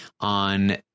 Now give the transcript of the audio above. on